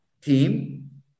team